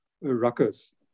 ruckus